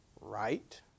right